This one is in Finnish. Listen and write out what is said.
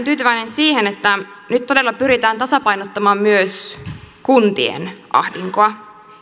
tyytyväinen siihen että nyt todella pyritään tasapainottamaan myös kuntien ahdinkoa